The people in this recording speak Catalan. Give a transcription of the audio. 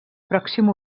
pròxim